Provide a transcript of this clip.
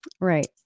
right